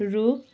रुख